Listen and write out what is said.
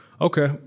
okay